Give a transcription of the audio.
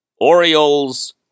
Orioles